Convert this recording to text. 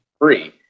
free